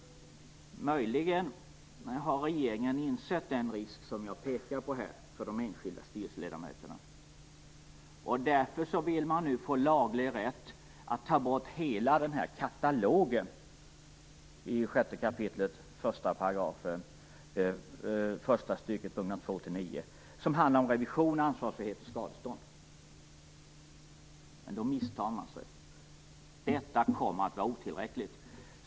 Möjligen har regeringen insett den risk för de enskilda styrelseledamöterna som jag här pekar på. Därför vill man nu få laglig rätt att ta bort hela katalogen i 6 kap. 1 § första stycket punkterna 2-9 som handlar om revision, ansvarsfrihet och skadestånd. Men då misstar man sig. Detta kommer att vara otillräckligt.